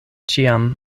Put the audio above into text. ĉiam